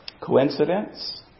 Coincidence